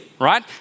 right